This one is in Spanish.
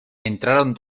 entraron